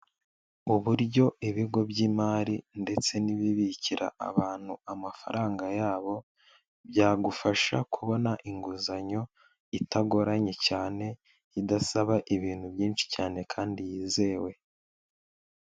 Uburyo ibigo by'imari ndetse n'ibibikira abantu amafaranga yabo byagufasha kubona inguzanyo itagoranye cyane idasaba ibintu byinshi cyane kandi yizewe.